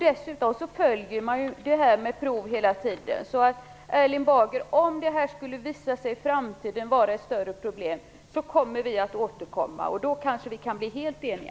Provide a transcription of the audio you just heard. Dessutom följer man detta med prov hela tiden. Om det i framtiden skulle visa sig att det här är ett större problem kommer vi att återkomma, Erling Bager. Då kan vi kanske bli helt eniga.